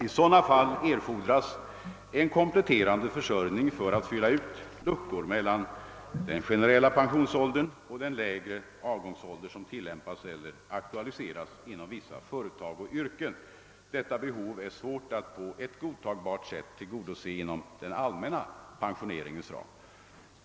I sådana fall erfordras en kompletterande försörj ning för att fylla ut luckor mellan den generella pensionsåldern och den lägre avgångsålder som tillämpas eller aktualiseras inom vissa företag och yrken. Detta behov är svårt att på ett godtagbart sätt tillgodose inom den allmänna pensioneringens ram.